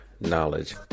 knowledge